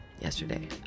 yesterday